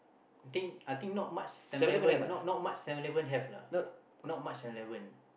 think I think not much Seven-Eleven not not much Seven-Eleven have lah not much Seven-Eleven